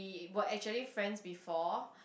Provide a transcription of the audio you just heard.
were actually friends before